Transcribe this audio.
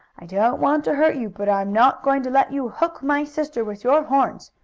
i don't want to hurt you, but i'm not going to let you hook my sister with your horns.